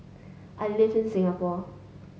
I live in Singapore